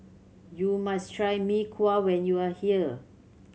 you must try Mee Kuah when you are here